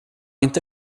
inte